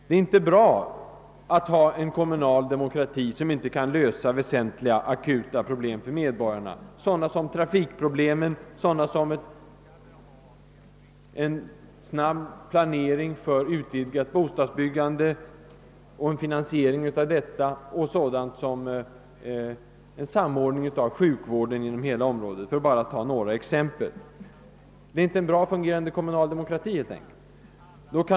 Det är inte en bra kommunal demokrati om den inte kan lösa verkliga akuta problem för medborgarna, sådana som trafikproblemen, planering för ökning av bostadsbyggandet och finansieringen av det samt en samordning av sjukvården inom hela området — för att bara ta några exempel. Det är helt enkelt inte fråga om en väl fungerande kommunal demokrati.